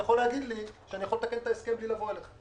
אתה יכול להגיד לי שאני יכול לתקן את ההסכם בלי לבוא אליך.